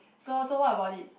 so so what about it